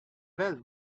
well